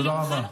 תודה רבה.